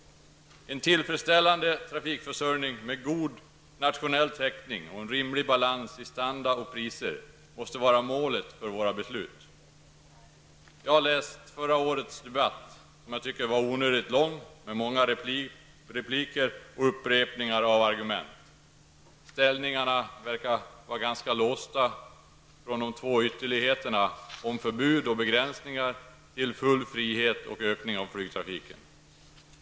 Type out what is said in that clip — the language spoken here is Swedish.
En tillfredsställande trafikförsörjning med god nationell täckning och en rimlig balans i standard och priser måste vara målet för våra beslut. Jag läste förra årets debatt, som jag tycker var onödigt lång med många repliker och upprepningar av argument. Ställningarna verkar vara ganska låsta från de två ytterligheterna om förbud och begränsningar till full frihet och ökning av flygtrafiken.